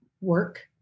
work